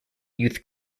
youth